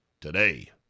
today